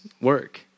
work